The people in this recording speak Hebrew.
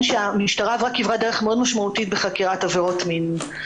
שהמשטרה עברה כברת דרך מאודם משמעותית בחקירת עבירות מין.